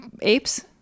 Apes